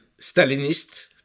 Stalinist